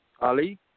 Ali